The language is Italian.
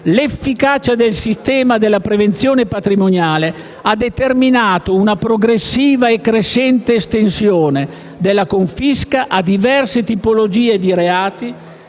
L'efficacia del sistema della prevenzione patrimoniale ha determinato una progressiva e crescente estensione della confisca a diverse tipologie di reati,